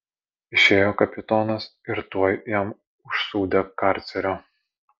išėjo kapitonas ir tuoj jam užsūdė karcerio